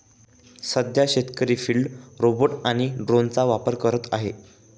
सध्या शेतकरी field robot आणि ड्रोनचा वापर करत आहेत